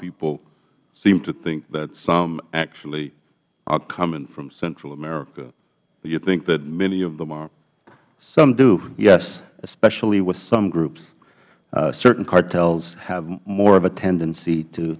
people seem to think that some actually are coming from central america do you think that many of them are mister wall some do yes especially with some groups certain cartels have more of a tendency to